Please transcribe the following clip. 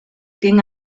ging